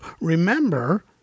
remember